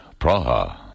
Praha